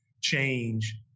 change